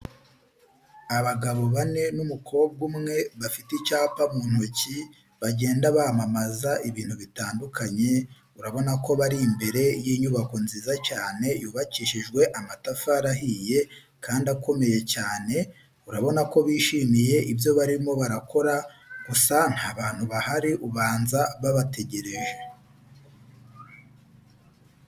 Abagabo bane n'umukobwa umwe bafite icyapa mu ntoki bagenda bamamaza ibintu bitandukanye, urabona ko bari imbere y'inyubako nziza cyane yubakishijwe amatafari ahiye kandi akomeye cyane, urabona ko bishimiye ibyo barimo barakora, gusa nta bantu bahari ubanza babategereje.